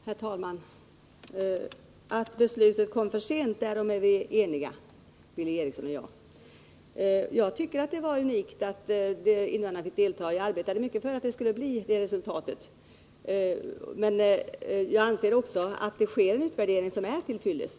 Herr talman! Beslutet kom för sent, därom är Billy Eriksson och jag eniga. Jag tycker att saken var unik, och jag arbetade mycket för att invandrarna 45 skulle få delta. Enligt min mening sker det emellertid en utvärdering som är till fyllest.